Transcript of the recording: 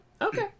Okay